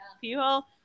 people